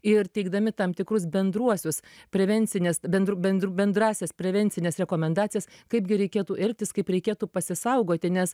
ir teikdami tam tikrus bendruosius prevencines bendru bendr bendrąsias prevencines rekomendacijas kaipgi reikėtų elgtis kaip reikėtų pasisaugoti nes